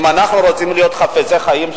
אם אנחנו חפצי חיים,